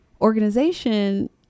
organization